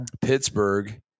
Pittsburgh